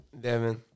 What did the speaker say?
Devin